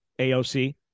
AOC